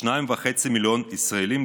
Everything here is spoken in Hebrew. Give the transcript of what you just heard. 2.5 מיליון ישראלים,